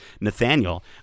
Nathaniel